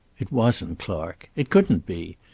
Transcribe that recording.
it wasn't clark. it couldn't be.